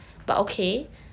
but okay